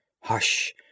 Hush